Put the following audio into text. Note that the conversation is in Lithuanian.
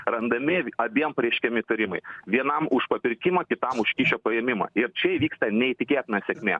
randami abiem pareiškiami įtarimai vienam už papirkimą kitam už kyšio paėmimą ir čia įvyksta neįtikėtina sėkmė